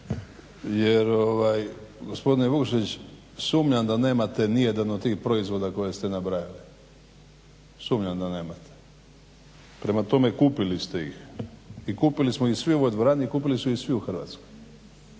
jer gospodine Vukšić sumnjam da nemate nijedan od tih proizvoda koje ste nabrajali. Sumnjam da nemate. Prema tome kupili ste ih, i kupili smo ih svi u ovoj dvorani, i kupili su ih svi u Hrvatskoj.